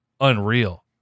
unreal